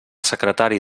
secretari